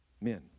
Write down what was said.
men